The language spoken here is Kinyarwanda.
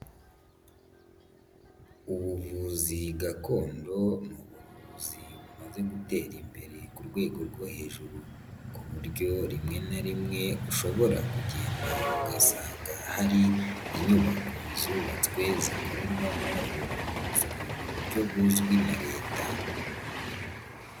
Ubuvuzi gakondo ni ubuvuzi bumaze gutera imbere ku rwego rwo hejuru ku buryo rimwe na rimwe ushobora kugenda ugasanga hari inyubako zubatswe zikorerwamo ubuvuzi mu buryo buzwi na leta.